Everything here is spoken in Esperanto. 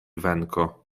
venko